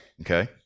Okay